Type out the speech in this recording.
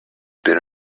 been